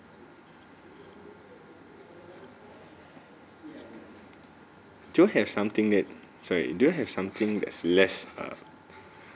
do you have something that sorry do you have something that's less err